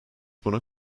buna